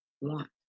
want